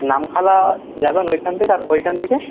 নামখানা যাবেন ওইখান থেকে ওইখান থেকে